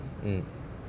mm